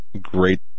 great